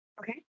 Okay